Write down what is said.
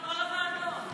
אנחנו נבוא לוועדות.